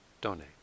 donate